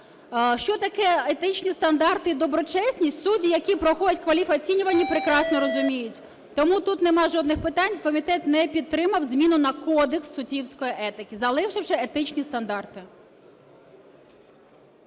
Що таке етичні стандарти і доброчесність, судді, які проходять кваліфоцінювання, прекрасно розуміють, тому тут немає жодних питань. Комітет не підтримав зміну на "Кодекс суддівської етики", залишивши "етичні стандарти".